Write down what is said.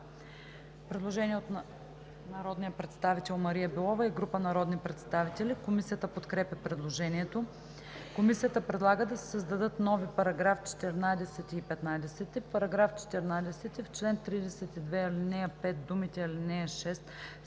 Предложение от народния представител Мария Белова и група народни представители. Комисията подкрепя предложението. Комисията предлага да се създадат нови § 14 и 15: „§ 14. В чл. 32, ал. 5 думите „ал. 6“